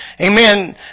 Amen